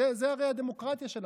זו הרי הדמוקרטיה שלכם.